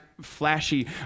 flashy